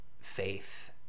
faith-